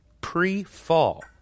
pre-fall